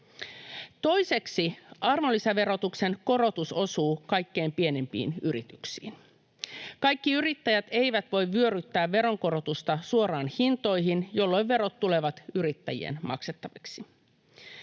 Toiseksi arvonlisäverotuksen korotus osuu kaikkein pienimpiin yrityksiin. Kaikki yrittäjät eivät voi vyöryttää veronkorotusta suoraan hintoihin, jolloin verot tulevat yrittäjien maksettaviksi.